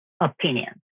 opinion